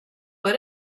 put